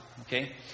okay